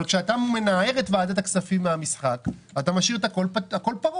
אבל כשאתה מנער את ועדת הכספים מן המשחק אתה משאיר הכול פרוץ.